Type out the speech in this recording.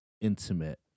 intimate